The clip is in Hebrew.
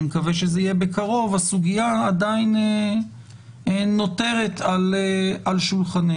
מקווה שזה יהיה בקרוב הסוגיה עדיין נותרת על שולחננו.